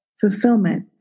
Fulfillment